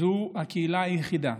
זו הקהילה היחידה